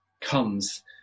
comes